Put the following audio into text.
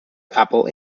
apple